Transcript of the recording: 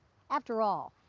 after all,